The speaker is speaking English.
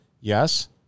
Yes